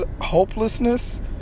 hopelessness